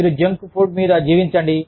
మీరు junk food మీద జీవించండి